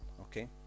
Okay